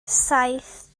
saith